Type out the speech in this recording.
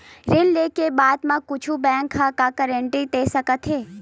ऋण लेके बाद कुछु बैंक ह का गारेंटी दे सकत हे?